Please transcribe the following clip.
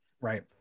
Right